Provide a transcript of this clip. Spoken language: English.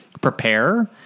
prepare